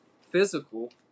physical